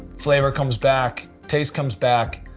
flavor comes back, taste comes back,